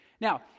Now